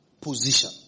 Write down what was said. position